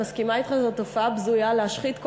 אני מסכימה אתך שזאת תופעה בזויה להשחית,